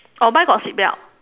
oh mine got seat belt